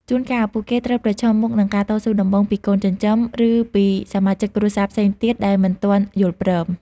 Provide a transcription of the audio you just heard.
ជួនកាល ពួកគេត្រូវប្រឈមមុខនឹងការតស៊ូដំបូងពីកូនចិញ្ចឹម ឬពីសមាជិកគ្រួសារផ្សេងទៀតដែលមិនទាន់យល់ស្រប។